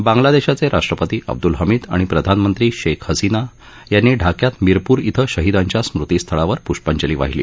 बांग्लादेशाचे राष्ट्रपती अब्द्ल हमीद आणि प्रधानमंत्री शेख हसीना यांनी ढाक्यात मिरपूर इथं शहीदांच्या स्मृतीस्थळावर प्रष्पांजली वाहिली